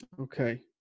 Okay